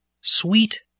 Sweet